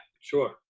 sure